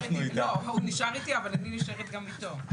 הוא נשאר איתי, אבל אני גם נשארת איתו.